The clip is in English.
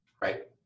Right